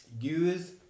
use